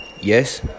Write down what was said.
Yes